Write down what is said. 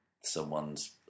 someone's